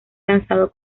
lanzado